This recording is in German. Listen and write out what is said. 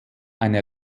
eine